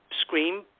scream